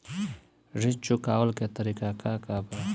ऋण चुकव्ला के तरीका का बा?